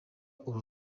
uru